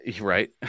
right